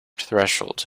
threshold